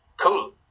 cool